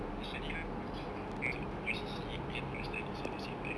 it's very hard to use your focus on your C_C_A and your studies at the same time